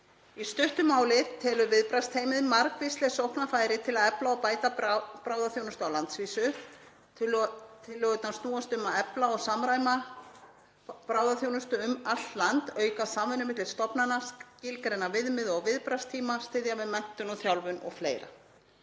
Í stuttu máli telur viðbragðsteymið margvísleg sóknarfæri til að efla og bæta bráðaþjónustu á landsvísu. Tillögurnar snúast um að efla og samræma bráðaþjónustu um allt land, auka samvinnu milli stofnana, skilgreina viðmið og viðbragðstíma, styðja við menntun og þjálfun o.fl.